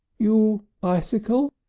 you bicycle?